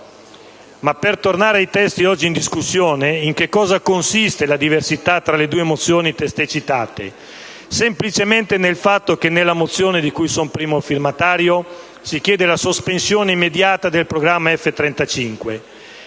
Per tornare ai testi oggi in discussione, in che cosa consiste la diversità tra le due mozioni testé citate? Semplicemente nel fatto che nella mozione di cui sono primo firmatario si chiede la «sospensione immediata» del programma F-35.